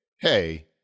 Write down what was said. hey